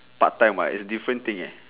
part time [what] is different thing eh